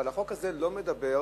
אבל החוק הזה לא מדבר,